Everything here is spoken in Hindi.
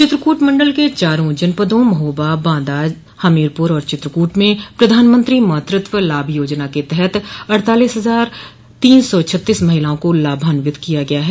चित्रकूट मंडल के चारों जनपदों महोबा बांदा हमीरपुर और चित्रकूट में प्रधानमंत्री मातृत्व लाभ योजना के तहत अड़तालीस हज़ार तीन सौ छत्तीस महिलाओं को लाभान्वित किया गया है